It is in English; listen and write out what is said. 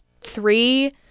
three